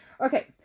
Okay